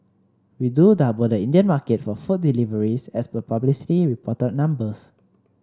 we do double the Indian market for food deliveries as per publicly reported numbers